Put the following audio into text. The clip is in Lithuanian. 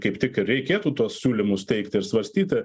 kaip tik ir reikėtų tuos siūlymus teikti ir svarstyti